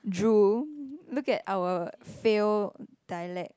drew look at our fail dialect